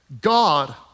God